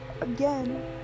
again